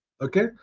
okay